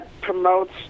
promotes